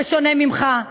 בשונה ממך.